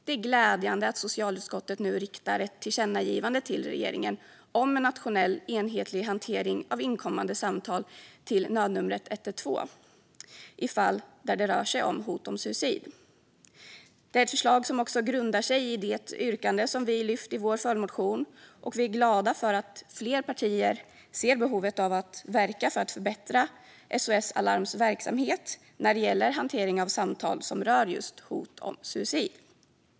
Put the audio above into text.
Det är glädjande att socialutskottet nu riktar ett tillkännagivande till regeringen om en nationell enhetlig hantering av inkommande samtal till nödnumret 112 i fall där det rör sig om hot om suicid. Detta är ett förslag som grundar sig i det yrkande som vi lyft i vår följdmotion, och vi är glada för att fler partier ser behovet av att verka för att förbättra SOS Alarms verksamhet när det gäller hanteringen av samtal som rör hot om suicid.